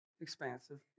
expansive